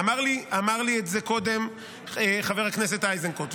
אמר לי את זה מקודם חבר הכנסת איזנקוט,